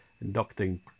inducting